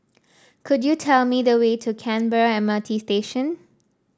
could you tell me the way to Canberra M R T Station